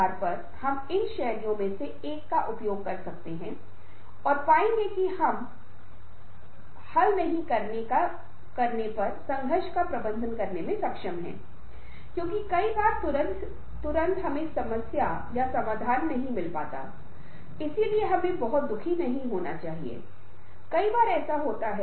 हालांकि इस तथ्य से कि हमने संचार से निपटा है हमें बताता है कि आपने की शिष्टाचार की अवधारणा के लिए संवेदनशीलता की एक निश्चित डिग्री विकसित की है और इसे तलाशने की आवश्यकता है ये एक व्यापक तरीके से या एक खंडित तरीके से भी हो सकती है